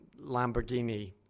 Lamborghini